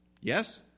Yes